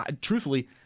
truthfully